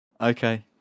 Okay